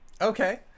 Okay